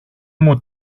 μου